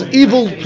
evil